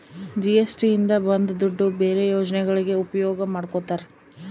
GST ಇಂದ ಬಂದ್ ದುಡ್ಡು ಬೇರೆ ಯೋಜನೆಗಳಿಗೆ ಉಪಯೋಗ ಮಾಡ್ಕೋತರ